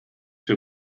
für